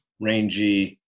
rangy